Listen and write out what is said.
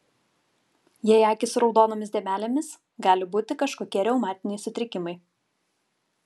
jei akys su raudonomis dėmelėmis gali būti kažkokie reumatiniai sutrikimai